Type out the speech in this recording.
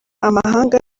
amahanga